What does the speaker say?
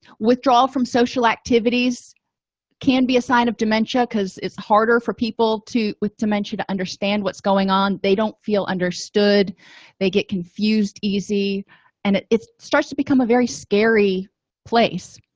withdrawal from social activities can be a sign of dementia because it's harder for people to with dementia to understand what's going on they don't feel understood they get confused easy and it starts to become a very scary place